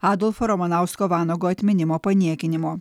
adolfo ramanausko vanago atminimo paniekinimo